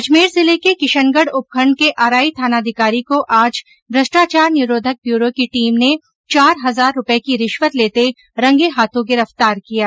अजमेर जिले के किशनगढ उपखण्ड के अराई थानाधिकारी को आज भ्रष्टाचार निरोधक ब्यूरो की टीम ने चार हजार रूपए की रिश्वत लेते रंगे हाथों गिरफ़तार किया है